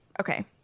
Okay